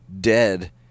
dead